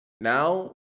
now